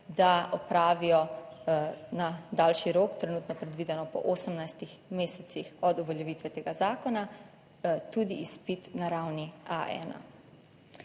da opravijo na daljši rok, trenutno predvideno po 18. mesecih od uveljavitve tega zakona, tudi izpit na ravni A1.